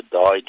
died